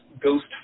ghost